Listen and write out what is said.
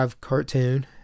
cartoon